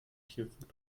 tierfutter